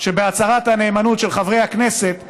שבהצהרת הנאמנות של חברי הכנסת מפילים,